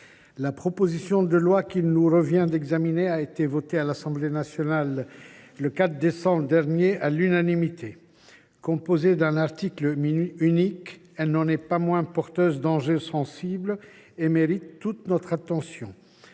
La proposition de loi qu’il nous revient d’examiner a été votée à l’Assemblée nationale à l’unanimité le 4 décembre dernier. Composée d’un article unique, elle n’en est pas moins porteuse d’enjeux sensibles et mérite toute notre attention.